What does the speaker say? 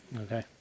Okay